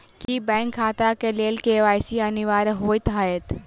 की bank खाता केँ लेल के.वाई.सी अनिवार्य होइ हएत?